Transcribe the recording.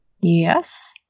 Yes